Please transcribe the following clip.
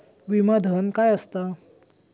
विमा धन काय असता?